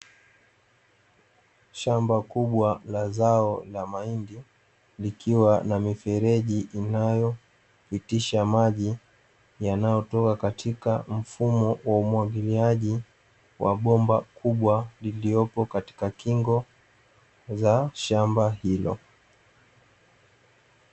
Shamba kubwa la zao la mahindi likiwa na mifereji inayopitisha maji, yanayotoka katika mfumo mwa umwagiliaji wa bomba kubwa lililopo katika kingo za shamba hilo.